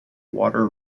water